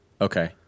okay